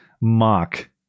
mock